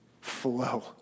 flow